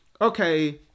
Okay